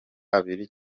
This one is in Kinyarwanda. abiri